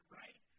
right